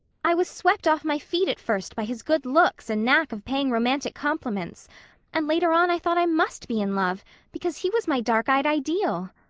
i was swept off my feet at first by his good looks and knack of paying romantic compliments and later on i thought i must be in love because he was my dark-eyed ideal.